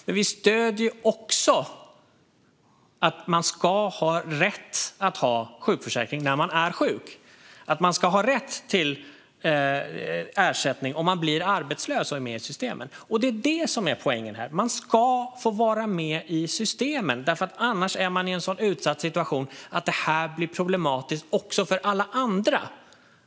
Men vi stöder också att man ska ha rätt till sjukförsäkring när man är sjuk och att man ska ha rätt till ersättning om man blir arbetslös och är med i systemen. Det är det som är poängen här. Man ska få vara med i systemen. Annars är man i en så utsatt situation att det blir problematiskt även för alla andra.